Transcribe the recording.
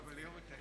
תוציא אותנו.